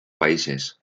países